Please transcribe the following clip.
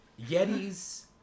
yetis